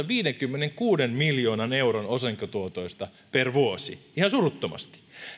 viidenkymmenenkuuden miljoonan euron osinkotuotoista per vuosi ihan suruttomasti